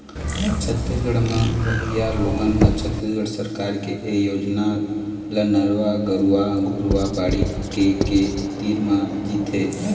छत्तीसगढ़ म रहइया लोगन ह छत्तीसगढ़ सरकार के ए योजना ल नरूवा, गरूवा, घुरूवा, बाड़ी के के तीर म जीथे